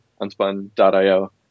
unspun.io